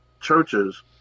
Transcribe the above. churches